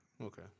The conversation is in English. Okay